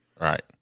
right